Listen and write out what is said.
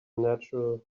natural